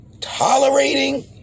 tolerating